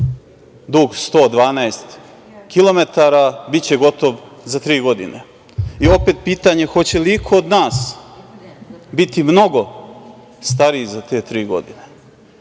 dug 112 kilometara, biće gotov za tri godine. Opet pitanje - hoće li iko od nas biti mnogo stariji za te tri godine?